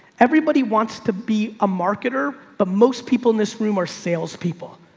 everybody wants to be a marketer, but most people in this room are salespeople.